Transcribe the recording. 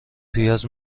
پیاز